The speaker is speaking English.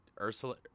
Ursula